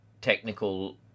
technical